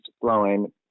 flowing